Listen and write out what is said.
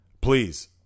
please